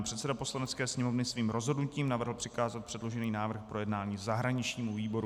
Předseda Poslanecké sněmovny svým rozhodnutím navrhl přikázat předložený návrh k projednání zahraničnímu výboru.